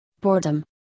Boredom